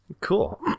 Cool